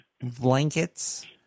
blankets